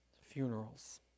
funerals